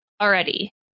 already